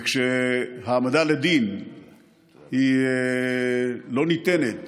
כאשר העמדה לדין לא ניתנת